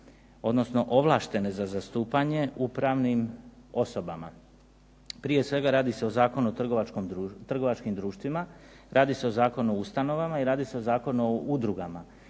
odnosno ovlaštene za zastupanje u pravnim osobama. Prije svega radi se o Zakonu o trgovačkim društvima, radi se o Zakonu o ustanovama i radi se o Zakonu o udrugama,